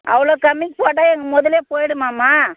அவ்வளோ கம்மிக்கு போனால் எங்கள் முதலே போயிடுமேமா